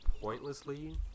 pointlessly